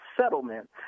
settlement